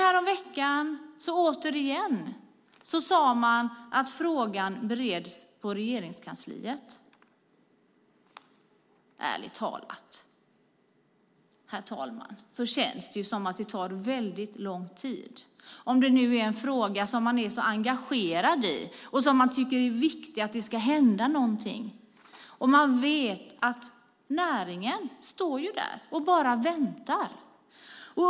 Häromveckan sade man återigen att frågan bereds i Regeringskansliet. Ärligt talat, fru talman, känns det som om det tar väldigt lång tid, om det nu är en fråga som man är så engagerad i, som man tycker att det är viktig att det ska hända någonting med och som man vet att näringen står där och bara väntar på.